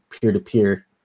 peer-to-peer